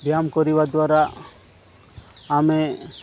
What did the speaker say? ବ୍ୟାୟାମ କରିବା ଦ୍ୱାରା ଆମେ